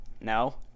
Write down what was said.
No